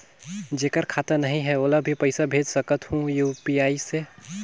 जेकर खाता नहीं है ओला भी पइसा भेज सकत हो यू.पी.आई से?